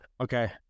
okay